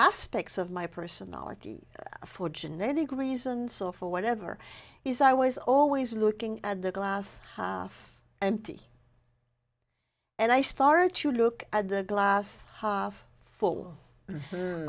aspects of my personality for genetic reasons or for whatever is i was always looking at the glass half empty and i start you look at the glass half full